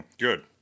Good